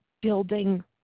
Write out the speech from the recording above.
building